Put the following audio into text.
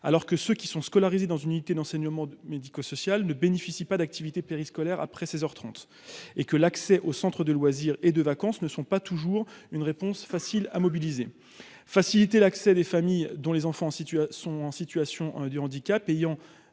alors que ceux qui sont scolarisés dans une unité d'enseignement médico-social ne bénéficient pas d'activités périscolaires après 16 heures 30 et que l'accès au centre de loisirs et de vacances ne sont pas toujours une réponse facile à mobiliser, faciliter l'accès des familles dont les enfants situé à sont en situation de handicap ayant